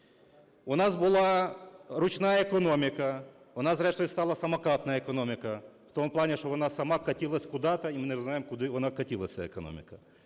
у нас була ручна економіка, вона зрештою стала "самокатна" економіка в тому плані, що вона сама катилась куда-то, і ми не знаємо куди вона катилась ця економіка.